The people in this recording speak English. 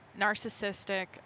narcissistic